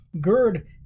gird